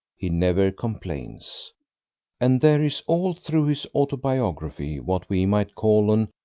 he never complains and there is all through his autobiography what we might call an ah,